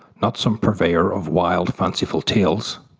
not some purveyor of wild fanciful tales,